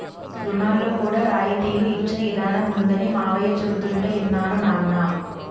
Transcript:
రుణాల్లో కూడా రాయితీలు ఇచ్చే ఇదానం ఉందనీ మావయ్య చెబుతుంటే యిన్నాను నాన్నా